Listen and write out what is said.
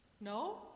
No